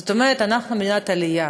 זאת אומרת, אנחנו מדינת עלייה,